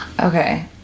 Okay